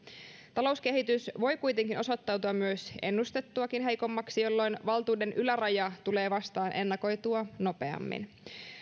talouskehitys voi kuitenkin osoittautua ennustettuakin heikommaksi jolloin valtuuden yläraja tulee vastaan ennakoitua nopeammin